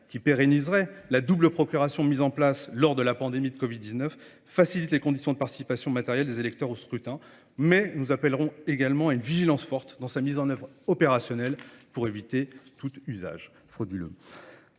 qui pérenniserait la double procuration mise en place lors de la pandémie de Covid-19, facilite les conditions de participation matérielle des électeurs ou scrutins, mais nous appellerons également une vigilance forte dans sa mise en oeuvre opérationnelle pour éviter tout usage.